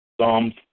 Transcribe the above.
Psalms